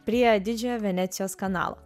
prie didžiojo venecijos kanalo